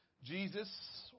Jesus